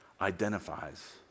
identifies